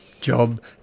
job